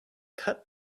cut